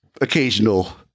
occasional